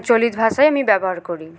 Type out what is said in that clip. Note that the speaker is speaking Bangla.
চলিত ভাষাই আমি ব্যবহার করি